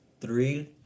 three